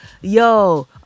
Yo